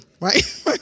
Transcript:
right